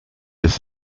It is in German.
das